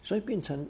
所以变成